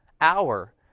hour